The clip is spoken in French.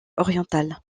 orientale